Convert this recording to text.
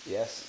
Yes